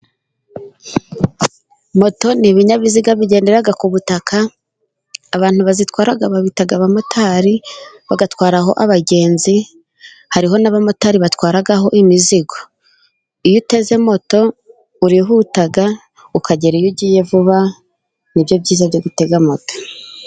Moto ni ibinyabiziga bigendera ku butaka. Abantu bazitwara, babita abamotari. Batwaraho abagenzi, hariho n’abamotari batwaraho imizigo. Iyo uteze moto, urihuta, ukagera iyo ugiye vuba. Nibyo byiza byo gutega mota.